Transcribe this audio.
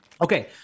Okay